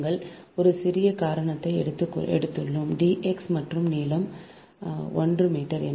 நாங்கள் ஒரு சிறிய காரணத்தை எடுத்துள்ளோம் d x மற்றும் நீளம் 1 மீட்டர்